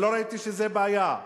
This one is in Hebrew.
אני לא ראיתי שזו בעיה,